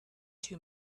too